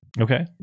Okay